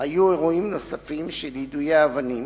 היו אירועים נוספים של יידויי אבנים,